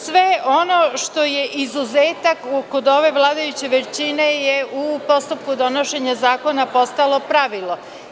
Sve ono što je izuzetak kod ove vladajuće većine je u postupku donošenja zakona ostalo pravilo.